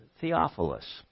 Theophilus